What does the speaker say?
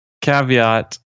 Caveat